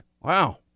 Wow